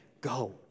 Go